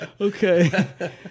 Okay